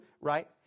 right